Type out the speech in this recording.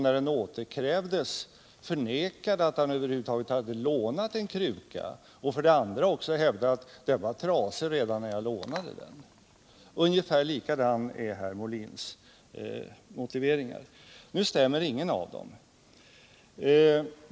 När den återkrävdes förnekade han för det första att han över huvud taget hade lånat en kruka, och för det andra hävdade han att den var trasig redan när han lånade den. Ungefär 'ikadana är herr Molins motiveringar. Nu stämmer ingen av dem.